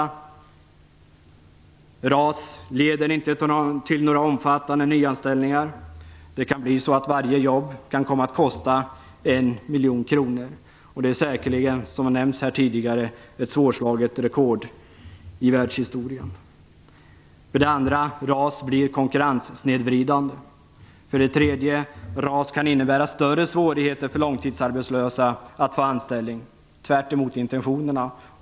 För det första: RAS leder inte till några omfattande nyanställningar. Varje jobb kan komma att kosta 1 miljon kronor. Det är, som nämnts här tidigare, säkerligen ett svårslaget rekord i världshistorien. För det andra: RAS blir konkurrenssnedvridande. För det tredje: RAS kan, tvärtemot intentionerna, innebära större svårigheter för långtidsarbetslösa att få anställning.